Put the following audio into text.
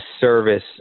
service